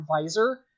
visor